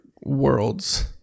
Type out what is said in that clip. worlds